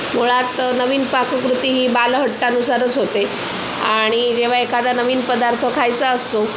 मुळात नवीन पाककृती ही बालहट्टानुसारच होते आणि जेव्हा एखादा नवीन पदार्थ खायचा असतो